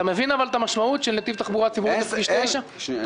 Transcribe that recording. שר התחבורה והבטיחות בדרכים בצלאל סמוטריץ': אתה